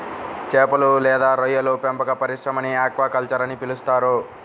చేపలు లేదా రొయ్యల పెంపక పరిశ్రమని ఆక్వాకల్చర్ అని పిలుస్తారు